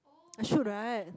I should right